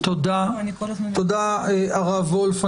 תודה, הרב וולף.